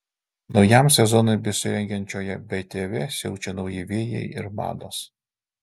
naujam sezonui besirengiančioje btv siaučia nauji vėjai ir mados